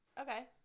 Okay